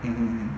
mmhmm mmhmm